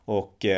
och